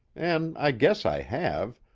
an' i guess i have,